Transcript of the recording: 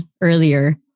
earlier